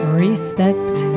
respect